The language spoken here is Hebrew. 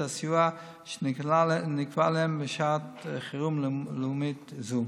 הסיוע שנקבע להם בשעת חירום לאומית זו.